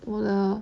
我的